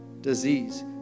disease